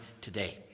today